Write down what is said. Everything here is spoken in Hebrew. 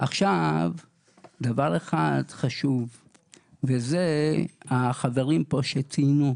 דבר אחד חשוב וזה החברים פה שציינו,